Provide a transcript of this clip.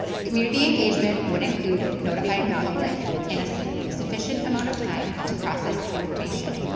community engagement would include notifying the public in a sufficient amount of time to process the information,